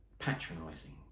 patronising,